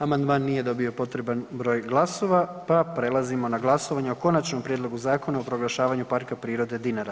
Amandman nije dobio potreban broj glasova pa prelazimo na glasovanje o Konačnom prijedlogu Zakona o proglašavanju Parka prirode Dinara.